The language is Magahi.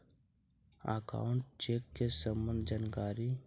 अकाउंट चेक के सम्बन्ध जानकारी?